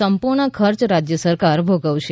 સંપૂર્ણ ખર્ચ રાજ્ય સરકાર ભોગવશે